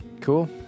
Cool